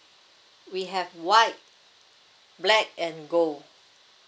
we have white black and gold